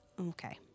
Okay